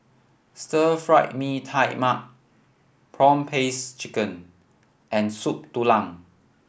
Stir Fry Mee Tai Mak prawn paste chicken and Soup Tulang